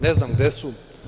Ne znam gde su.